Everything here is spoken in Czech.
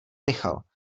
michal